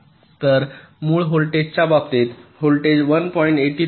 तर मूळ व्होल्टेजच्या बाबतीत व्होल्टेज 1